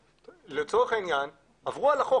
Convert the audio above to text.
לצורך העניין עברו על החוק,